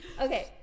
okay